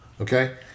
okay